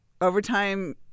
overtime